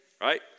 Right